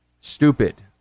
stupid